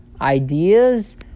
ideas